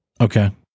Okay